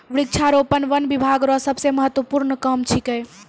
वृक्षारोपण वन बिभाग रो सबसे महत्वपूर्ण काम छिकै